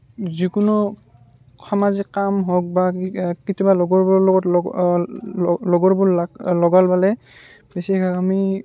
যিকোনো সামাজিক কাম হওক বা কেতিয়াবা লগৰবোৰৰ লগত লগ লগ লগৰবোৰ লাগ লগ পালে বেছিভাগ আমি